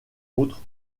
autres